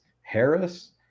harris